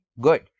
good